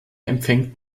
empfängt